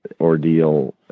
ordeal